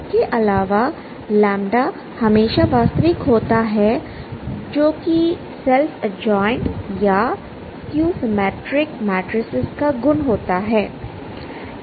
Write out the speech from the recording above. इसके अलावा λ हमेशा वास्तविक होता है जो कि सेल्फ एडज्वाइंट या स्कयू सिमिट्रिक मैट्रिक्स का गुण होता है